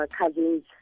cousin's